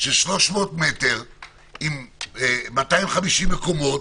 של 300 מטר עם 250 מקומות,